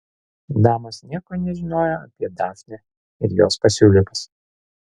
damos nieko nežinojo apie dafnę ir jos pasiūlymus